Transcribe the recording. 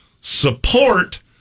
support